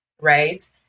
Right